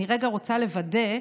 אני רגע רוצה לוודא,